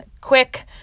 quick